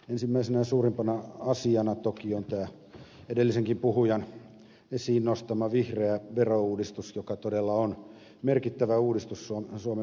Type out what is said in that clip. ensimmäisenä suurempana asiana toki on tämä edellisenkin puhujan esiin nostama vihreä verouudistus joka todella on merkittävä uudistus suomen verotusjärjestelmässä